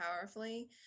powerfully